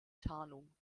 tarnung